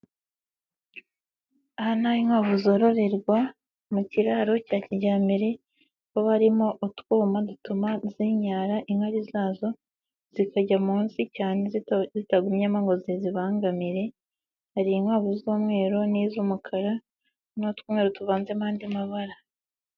Aha ni aho inkwavu zororerwa, mu kiraro cya kijyambere, aho harimo utwuma dutuma zinyara inkari zazo, zikajya munsi cyane zitagumyemo ngo zizibangamire, hari inkwavu z'umweru n'iz'umukara n'utwumweru tuvanzemo andi mabara.